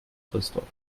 christoph